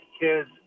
kids